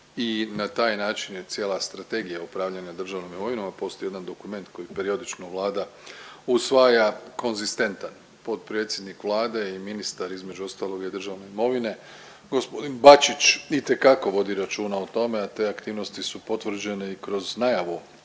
i na taj način je cijela strategija upravljanja državnom imovinom, a postoji jedan dokument koji periodično Vlada usvaja konzistentan potpredsjednik Vlade i ministar, između ostaloga i državne imovine, g. Bačić itekako vodi računa o tome, a te aktivnosti su potvrđene i kroz najavu